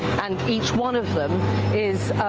and each one of them is